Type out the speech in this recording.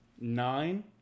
Nine